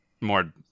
more